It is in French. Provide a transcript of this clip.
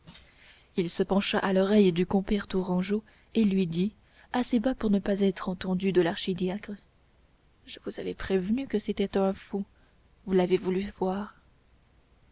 il se pencha à l'oreille du compère tourangeau et lui dit assez bas pour ne pas être entendu de l'archidiacre je vous avais prévenu que c'était un fou vous l'avez voulu voir